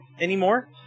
anymore